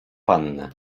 pannę